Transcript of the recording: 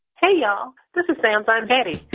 hey y'all this is sam's aunt betty.